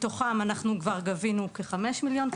מתוכם גבינו כבר כ-5 מיליון שקל,